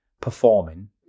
performing